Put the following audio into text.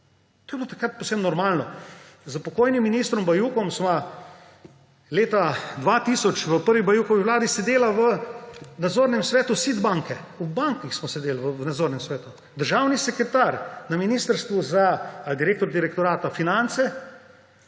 To je bilo takrat povsem normalno. S pokojnim ministrom Bajukom sva leta 2000 v prvi Bajukovi vladi sedela v nadzornem svetu SID banke, v bankah smo sedeli v nadzornem svetu! Državni sekretar na Ministrstvu ali direktor direktorata za finance